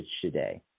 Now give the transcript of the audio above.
today